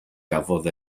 gafodd